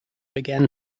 began